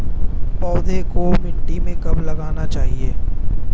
पौधे को मिट्टी में कब लगाना चाहिए?